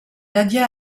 nadia